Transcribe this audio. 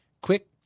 quick